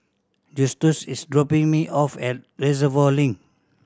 Justus is dropping me off at Reservoir Link